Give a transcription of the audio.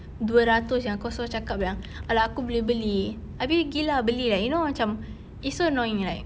dua ratus yang kau sudah cakap yang a~ lah aku boleh beli habis pergi lah beli like you know macam it's so annoying like